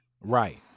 Right